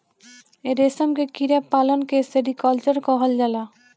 रेशम के कीड़ा पालन के सेरीकल्चर कहल जाला